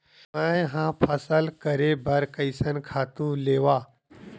मैं ह फसल करे बर कइसन खातु लेवां?